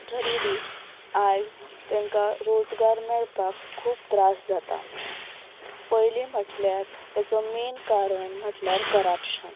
तरी बी आयज तेंकां रोजगार मेळपाक खूब त्रास जाता पयलीं म्हटल्यार हेचो मेन कारण म्हटल्यार करप्शन